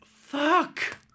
Fuck